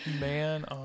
man